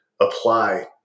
apply